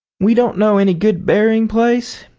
we don't know any good berrying place